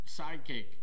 sidekick